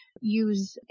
use